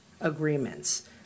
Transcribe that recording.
agreements